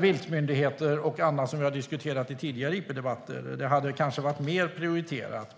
viltmyndigheter och annat som vi har diskuterat i tidigare interpellationsdebatter - det hade kanske varit mer prioriterat.